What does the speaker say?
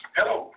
Hello